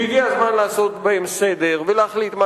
שהגיע הזמן לעשות בהם סדר ולהחליט מה